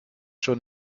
schon